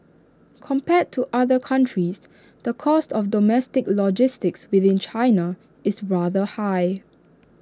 compared to other countries the cost of domestic logistics within China is rather high